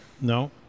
No